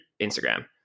Instagram